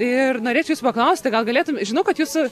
ir norėčiau jūsų paklausti gal galėtum žinau kad jūsų